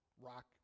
rock